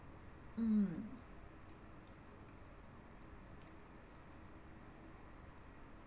mm